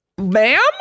Ma'am